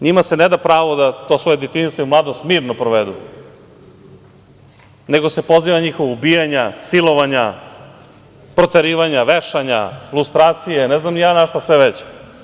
Njima se ne da pravo da to svoje detinjstvo i mladost mirno provedu, nego se poziva na njihova ubijanja, silovanja, proterivanja, vešanja, frustracije, ne znam ni ja na šta sve već.